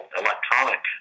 electronic